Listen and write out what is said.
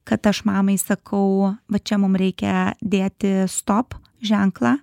kad aš mamai sakau va čia mum reikia dėti stop ženklą